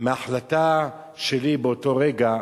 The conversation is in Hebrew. על ההחלטה שלי באותו רגע.